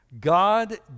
God